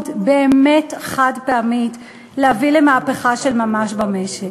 באמת חד-פעמית להביא למהפכה של ממש במשק,